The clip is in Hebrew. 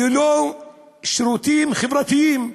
ללא שירותים חברתיים,